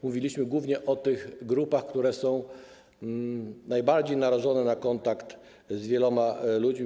Mówiliśmy głównie o tych grupach, które są najbardziej narażone na kontakt z wieloma ludźmi.